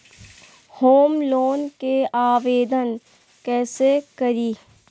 Home loan के आवेदन कैसे करि?